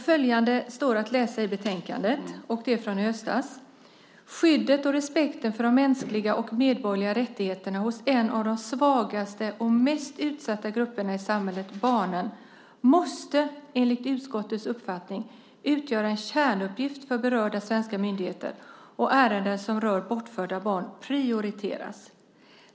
Följande står att läsa i betänkandet från i höstas: "Skyddet och respekten för de mänskliga och medborgerliga rättigheterna hos en av de svagaste och mest utsatta grupperna i samhället - barnen - måste, enligt utskottets uppfattning, utgöra en kärnuppgift för berörda svenska myndigheter och ärenden som rör bortförda barn prioriteras.